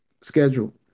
schedule